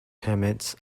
permits